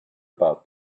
about